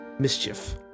mischief